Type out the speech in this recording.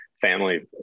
family